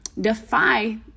defy